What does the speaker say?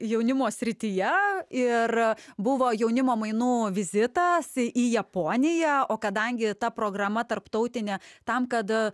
jaunimo srityje ir buvo jaunimo mainų vizitas į japoniją o kadangi ta programa tarptautinė tam kad